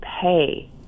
pay